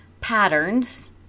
patterns